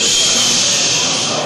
ששש.